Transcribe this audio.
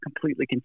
completely